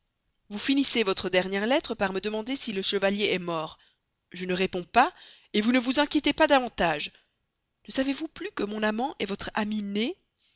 vous finissez votre dernière lettre par me demander si le chevalier est mort je ne réponds pas vous ne vous en inquiétez pas davantage ne savez-vous plus que mon amant est votre ami né